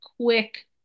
quick